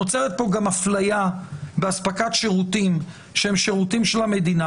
נוצרת פה גם אפליה באספקת שירותים של המדינה,